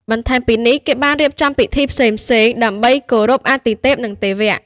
បន្ថែមពីនេះ គេបានរៀបចំពិធីផ្សេងៗ ដើម្បីគោរពអាទិទេព និងទេវៈ។